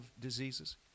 diseases